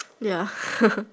ya